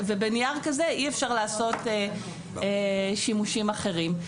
ובנייר כזה אי אפשר לעשות שימושים אחרים.